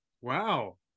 wow